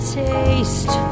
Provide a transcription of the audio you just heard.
taste